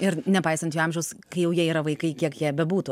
ir nepaisant jų amžiaus kai jau jie yra vaikai kiek jie bebūtų